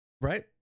Right